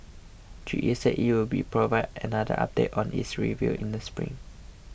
G E said it will provide another update on its review in the spring